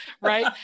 right